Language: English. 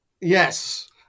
Yes